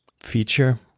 feature